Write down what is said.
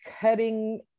cutting